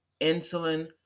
insulin